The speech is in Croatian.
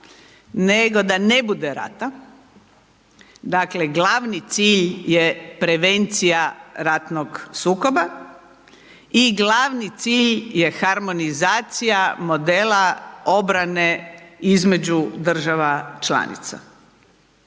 nego da ne bude rata. Dakle, glavni cilj je prevencija ratnog sukoba i glavni cilj je harmonizacija modela obrane između država članica.